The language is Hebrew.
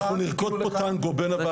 נרקוד פה טנגו בין הוועדות.